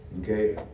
Okay